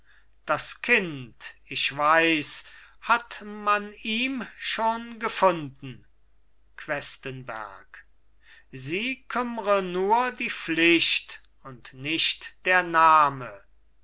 das kind ich weiß hat man ihm schon gefunden questenberg sie kümmre nur die pflicht und nicht der name